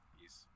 Peace